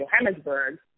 Johannesburg